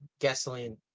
gasoline